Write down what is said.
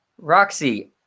Roxy